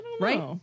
Right